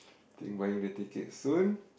think buying the ticket soon